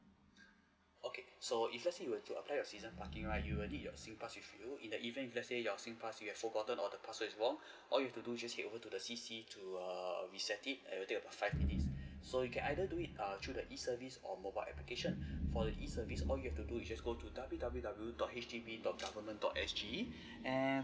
okay so if let's say you were to apply your season parking right you already have a singpass with you in the even if let's say your singpass you have forgotten or the password is wrong all you have to do just head over to C_C to err reset it it will take about five minutes so you can either do it err through the E service or mobile application for the E service all you have to do you just go to W_W_W dot H D B dot government dot S_G and